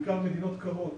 בעיקר מדינות קרות